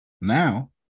now